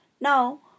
Now